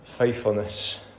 faithfulness